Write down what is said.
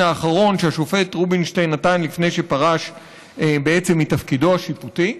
האחרון שהשופט רובינשטיין נתן לפני שפרש מתפקידו השיפוטי,